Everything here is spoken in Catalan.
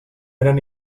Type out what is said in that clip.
eren